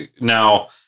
now